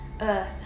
earth